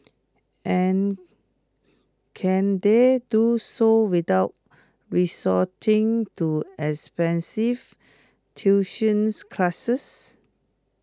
and can they do so without resorting to expensive tuitions classes